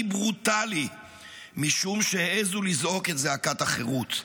ברוטלי משום שהעזו לזעוק את זעקת החירות.